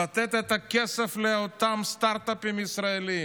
לתת את הכסף לאותם סטרטאפים ישראליים,